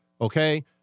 okay